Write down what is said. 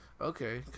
okay